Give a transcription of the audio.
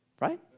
Right